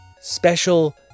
special